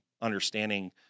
Understanding